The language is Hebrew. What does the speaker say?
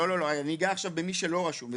לא, ניגע עכשיו במי שלא רשום.